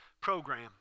program